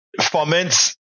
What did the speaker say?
foments